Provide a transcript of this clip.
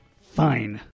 Fine